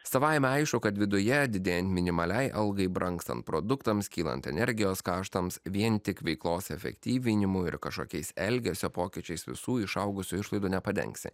savaime aišku kad viduje didėjant minimaliai algai brangstant produktams kylant energijos kaštams vien tik veiklos efektyvinimu ir kažkokiais elgesio pokyčiais visų išaugusių išlaidų nepadengsi